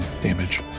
damage